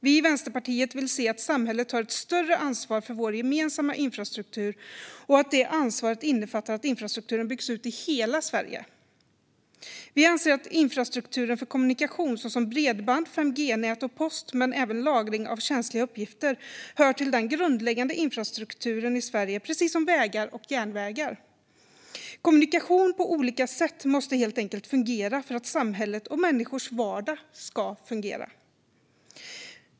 Vi i Vänsterpartiet vill se att samhället tar ett större ansvar för vår gemensamma infrastruktur och att det ansvaret innefattar att infrastrukturen byggs ut i hela Sverige. Vi anser att infrastruktur för kommunikation såsom bredband, 5G-nät och post liksom lagring av känsliga uppgifter hör till den grundläggande infrastrukturen i Sverige, precis som vägar och järnvägar. Kommunikation på olika sätt måste helt enkelt fungera för att samhället och människors vardag ska fungera.